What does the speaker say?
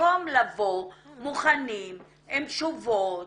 במקום לבוא מוכנים עם תשובות,